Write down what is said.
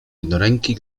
jednoręki